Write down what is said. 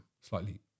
slightly